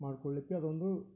ಮಾಡಿಕೊಳ್ಳಿಕ್ಕೆ ಅದೊಂದು